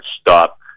stop